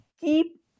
keep